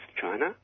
China